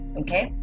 Okay